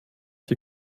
die